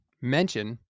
mention